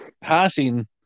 passing